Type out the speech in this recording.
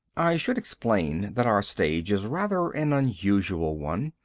i should explain that our stage is rather an unusual one,